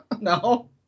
No